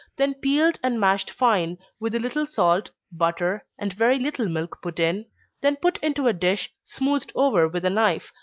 then peeled and mashed fine, with a little salt, butter, and very little milk put in then put into a dish, smoothed over with a knife,